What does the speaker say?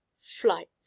Flight